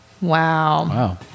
Wow